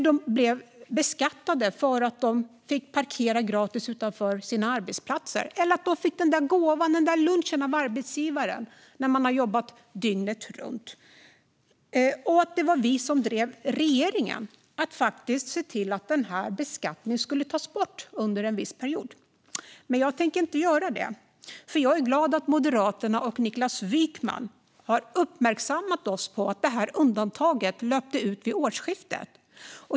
De blev beskattade för att de fick parkera gratis utanför sina arbetsplatser eller för att de fick den där gåvan eller lunchen av arbetsgivaren när de hade jobbat dygnet runt. Jag hade kunnat säga att det var vi som drev regeringen att faktiskt se till att denna beskattning skulle tas bort under en viss period. Men jag tänker inte göra det, för jag är glad att Moderaterna och Niklas Wykman har uppmärksammat oss på att undantaget löpte ut vid årsskiftet.